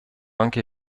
anche